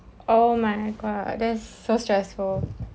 oh my god that's so stressful